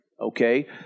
Okay